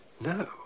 No